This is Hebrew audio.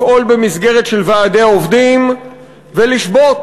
לפעול במסגרת של ועדי עובדים ולשבות.